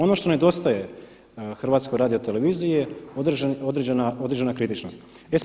Ono što nedostaje HRT-u je određena kritičnost.